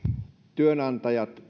työnantajat